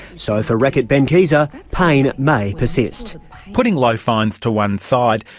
so for reckitt benckiser, pain may persist. putting low fines to one side,